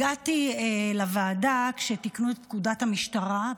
הגעתי לוועדה כשתיקנו את פקודת המשטרה,